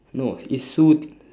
no it's sue